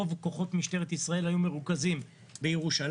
רוב כוחות משטרת ישראל היו מרוכזים בירושלים,